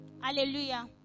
Hallelujah